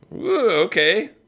Okay